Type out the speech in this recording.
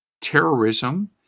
terrorism